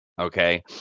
Okay